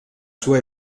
sua